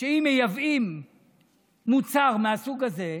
שאם מייבאים מוצר מהסוג הזה,